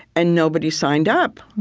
and nobody signed up.